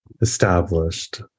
Established